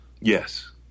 Yes